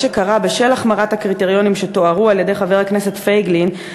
מה שקרה בשל החמרת הקריטריונים שתוארה על-ידי חבר הכנסת פייגלין,